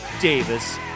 Davis